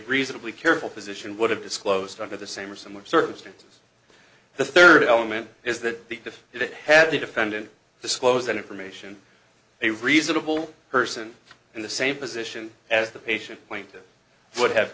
reasonably careful physician would have disclosed under the same or similar circumstances the third element is that if it had the defendant disclose that information a reasonable person in the same position as the patients point it would have